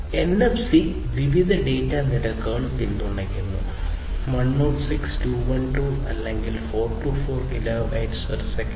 NFC വിവിധ data നിരക്കുകൾ പിന്തുണയ്ക്കുന്നു 106 212 അല്ലെങ്കിൽ 424 kbps